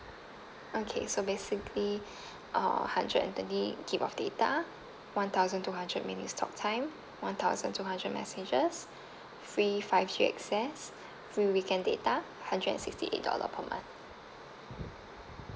okay so basically uh hundred and twenty gig of data one thousand two hundred minutes talk time one thousand two hundred messages free five G access free weekend data hundred and sixty eight dollar per month